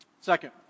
Second